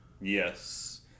Yes